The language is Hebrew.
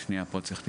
פה צריך טיפול'".